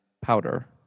powder